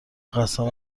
قسم